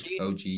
OG